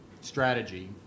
strategy